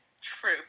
True